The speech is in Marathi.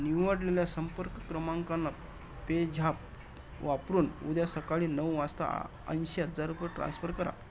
निवडलेल्या संपर्क क्रमांकांना पे झॅप वापरून उद्या सकाळी नऊ वाजता ऐंशी हजार रुपये ट्रान्स्फर करा